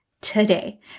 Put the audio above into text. today